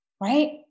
right